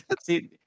See